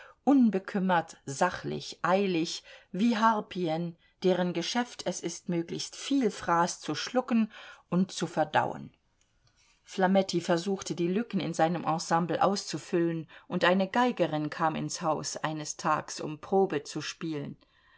unbekümmert sachlich eilig wie harpyen deren geschäft es ist möglichst viel fraß zu schlucken und zu verdauen flametti versuchte die lücken in seinem ensemble auszufüllen und eine geigerin kam ins haus eines tags um probe zu spielen